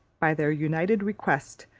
by their united request,